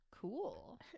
cool